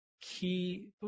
key